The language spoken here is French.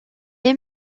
est